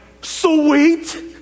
sweet